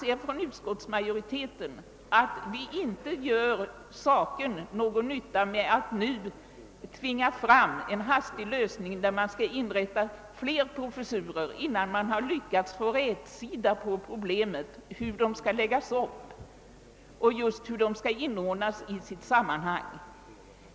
Vi inom utskottsmajoriteten anser att det inte skulle gagna saken att nu tvinga fram en snabb lösning, innebärande inrättandet av flera professurer, innan vi lyckats få rätsida på problemet och fått klart för oss hur det hela skall inordnas i sitt sammanhang.